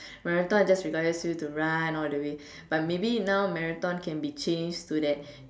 marathon just requires you to run all the way but maybe now marathon can be changed to that